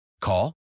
Call